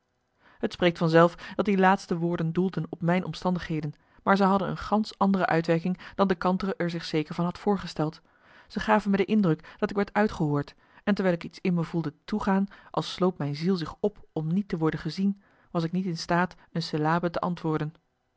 het spreekt van zelf dat die laatste woorden doelden op mijn omstandigheden maar ze hadden een gansch andere uitwerking dan de kantere er zich zeker van had voorgesteld ze gaven me de indruk dat ik werd uitgehoord en terwijl ik iets in me voelde toegaan als sloot mijn ziel zich op om niet te worden gezien was ik niet in staat een syllabe te antwoorden